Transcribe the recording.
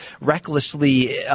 recklessly